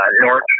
North